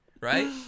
Right